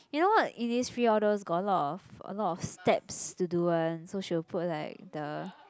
you know what Innisfree all those got a lot of a lot of steps to do one so she will put like the